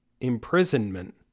imprisonment